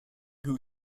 who